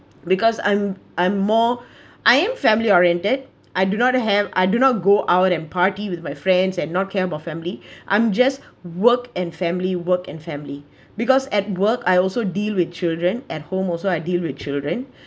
because I'm I'm more I am family oriented I do not have I do not go out and party with my friends and not care family I'm just work and family work and family because at work I also deal with children at home also I deal with children